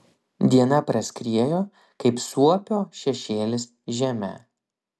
diena praskriejo kaip suopio šešėlis žeme